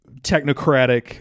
technocratic